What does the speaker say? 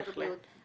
בהחלט.